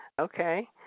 Okay